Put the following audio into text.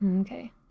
Okay